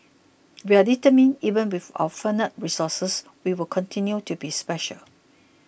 we are determined even with our finite resources we will continue to be special